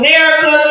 America